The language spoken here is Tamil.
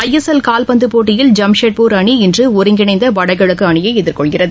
ஜஎஸ்எல் கால்பந்து போட்டியில் ஜம்ஷெட்பூர் அணி இன்று ஒருங்கிணைந்த வடகிழக்கு அணியை எதிர்கொள்கிறது